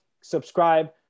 subscribe